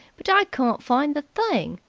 but i can't find the thing.